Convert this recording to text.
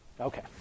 Okay